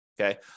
okay